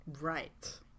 Right